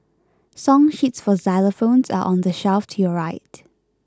song sheets for xylophones are on the shelf to your right